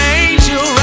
angel